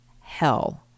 hell